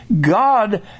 God